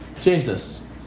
Jesus